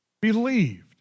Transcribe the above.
believed